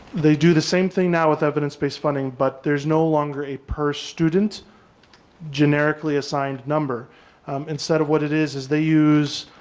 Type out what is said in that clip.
they do the same thing now with evidence-based funding but there's no longer a per student generically assigned number instead of what it is, is they use